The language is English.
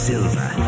Silver